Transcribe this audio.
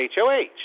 HOH